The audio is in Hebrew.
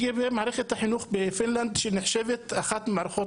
מערכת החינוך בפינלנד נחשבת לאחת ממערכות